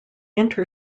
inter